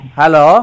hello